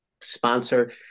sponsor